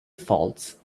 faults